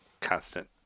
constant